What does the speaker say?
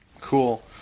cool